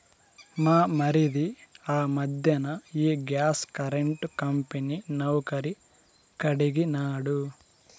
మా మరిది ఆ మధ్దెన ఈ గ్యాస్ కరెంటు కంపెనీ నౌకరీ కడిగినాడు